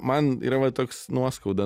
man yra va toks nuoskauda